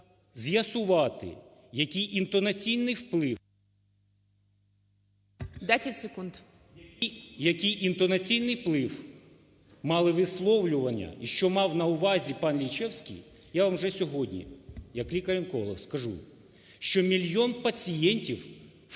…який інтонаційний вплив мали висловлювання і що мав на увазі панЛінчевський, я вам вже сьогодні як лікар-онколог скажу, що мільйон пацієнтів втратили…